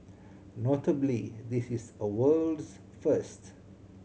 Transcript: notably this is a world's first